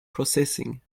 processing